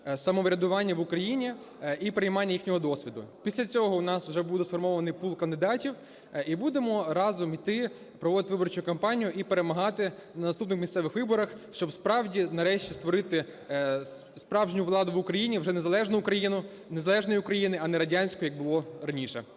самоврядування в Україні і переймання їхнього досвіду. Після цього у нас вже буде сформований пул кандидатів і будемо разом іти проводити виборчу кампанію і перемагати на наступних місцевих виборах, щоб справді нарешті створити справжню владу в Україні, вже незалежну Україну, незалежну України, а не радянську, як було раніше.